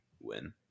win